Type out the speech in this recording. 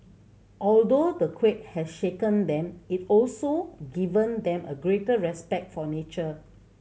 although the quake has shaken them it has also given them a greater respect for nature